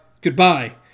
Goodbye